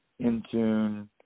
Intune